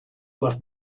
left